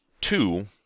two